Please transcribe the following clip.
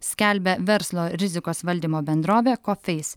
skelbia verslo rizikos valdymo bendrovė coface